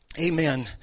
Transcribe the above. amen